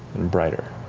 and brighter.